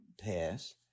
pass